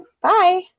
bye